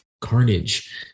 Carnage